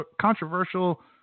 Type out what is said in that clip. controversial